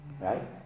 right